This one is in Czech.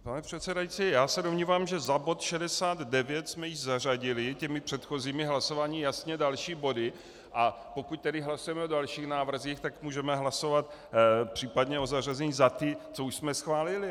Pane předsedající, já se domnívám, že za bod 69 jsme již zařadili těmi předchozími hlasováními jasně další body, a pokud tedy hlasujeme o dalších návrzích, můžeme hlasovat případně o zařazení za ty, co už jsme schválili.